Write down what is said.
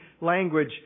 language